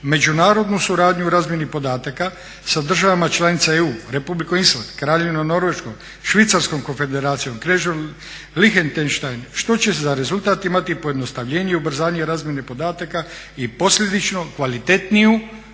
međunarodnu suradnju u razmjeni podataka sa državama članica EU, Republike Island, Kraljevine Norveške, Švicarskom konfederacijom, Kneževinom Lihtenštajn što će za rezultat imati pojednostavljenje i ubrzanje i razmjene podataka i posljedično kvalitetniju